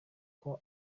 aba